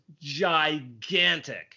gigantic